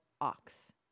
ox